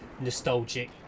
nostalgic